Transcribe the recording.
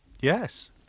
Yes